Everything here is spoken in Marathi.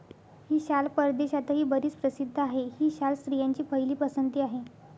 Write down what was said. ही शाल परदेशातही बरीच प्रसिद्ध आहे, ही शाल स्त्रियांची पहिली पसंती आहे